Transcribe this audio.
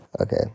okay